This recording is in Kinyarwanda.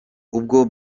ubwo